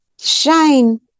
Shine